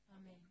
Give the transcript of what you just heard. Amen